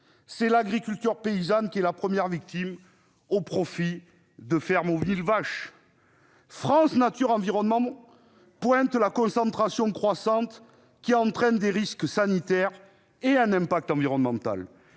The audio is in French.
C'est l'agriculture paysanne qui est la première victime, au profit de fermes des « mille vaches ». France Nature Environnement pointe la concentration croissante, qui entraîne des risques sanitaires, et l'impact environnemental.